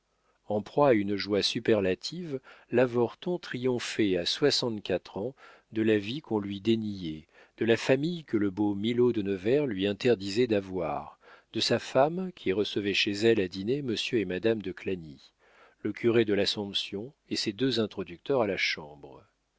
en proie à une joie superlative l'avorton triomphait à soixante-quatre ans de la vie qu'on lui déniait de la famille que le beau milaud de nevers lui interdisait d'avoir de sa femme qui recevait chez elle à dîner monsieur et madame de clagny le curé de l'assomption et ses deux introducteurs à la chambre